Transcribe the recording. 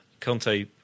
Conte